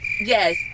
yes